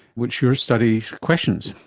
which your study questions.